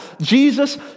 Jesus